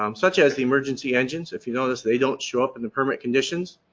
um such as the emergency engines, if you notice they don't show up in the permit conditions.